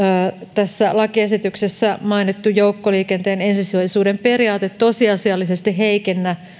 tässä lakiesityksessä mainittu joukkoliikenteen ensisijaisuuden periaate tosiasiallisesti heikennä